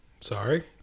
Sorry